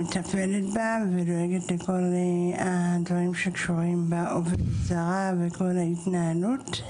מטפלת בה ודואגת לכל הדברים שקשורים בעובדת הזרה וכל ההתנהלות,